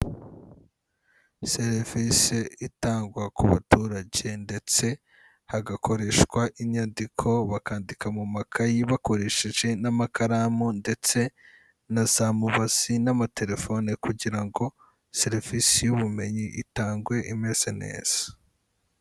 Serivisi itangwa ku baturage ndetse hagakoreshwa inyandiko bakandika mu makayi bakoresheje n'amakaramu ndetse na za mubazi n'amatelefone kugira ngo serivisi y'ubumenyi itangwe imeze neza.